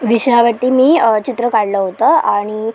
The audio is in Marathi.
विषयावरती मी चित्र काढलं होतं आणि